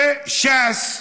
ש"ס,